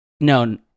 no